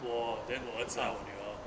我 then 我儿子和女儿